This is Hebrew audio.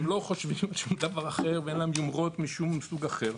הם לא חושבים שום דבר אחר ואין להם יומרות משום סוג אחר,